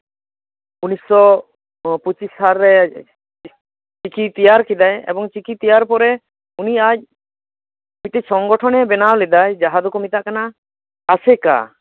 ᱩᱱᱤᱥᱥᱚ ᱯᱚᱸᱪᱤᱥ ᱥᱟᱞ ᱨᱮ ᱪᱤᱠᱤᱭ ᱛᱮᱭᱟᱨ ᱠᱮᱫᱟ ᱮᱵᱚᱝ ᱪᱤᱠᱤ ᱛᱮᱭᱟᱨ ᱯᱚᱨᱮ ᱩᱱᱤ ᱟᱡ ᱢᱤᱫᱴᱮᱱ ᱥᱚᱝᱜᱚᱴᱷᱚᱱᱮᱭ ᱵᱮᱱᱟᱣ ᱞᱮᱫᱟ ᱡᱟᱦᱟᱸ ᱫᱚᱠᱚ ᱢᱮᱛᱟᱜ ᱠᱟᱱᱟ ᱟᱥᱮᱠᱟ